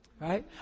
Right